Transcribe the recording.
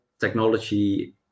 technology